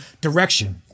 direction